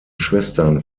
schwestern